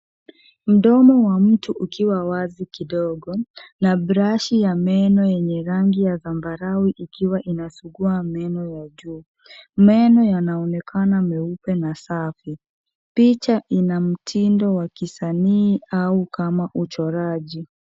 Mdomo wa mtu ukiwa wazi kidogo na brashi ya yeno yenye rangi ya zambarau ikiwa inasugua meno ya juu. Meno yanaonekana meupe na safi. Picha ina mtindo wa kisanii au kama uchoraji.